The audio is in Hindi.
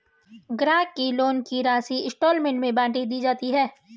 ग्राहक के लोन की राशि इंस्टॉल्मेंट में बाँट दी जाती है